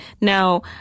Now